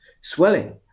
swelling